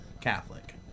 catholic